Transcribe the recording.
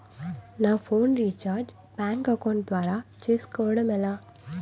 నా phone recharge bank account ద్వారా చేసుకోవటం ఎలా?